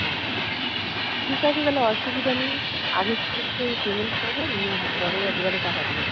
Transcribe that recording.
আচ্ছা ঠিক আছে তাহলে অসুবিধা নেই আগে কি একটু পেমেন্ট করবেন না পরে একবারে টাকা দেবেন